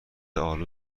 آلو